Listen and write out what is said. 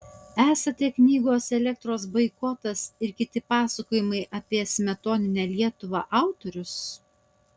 esate knygos elektros boikotas ir kiti pasakojimai apie smetoninę lietuvą autorius